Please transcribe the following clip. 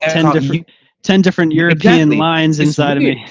ten different ten different european lines inside of me.